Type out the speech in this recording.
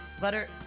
Butter